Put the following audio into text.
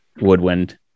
woodwind